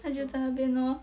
她就在那边咯